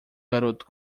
garoto